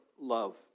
love